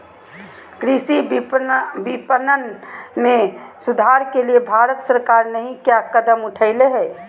कृषि विपणन में सुधार के लिए भारत सरकार नहीं क्या कदम उठैले हैय?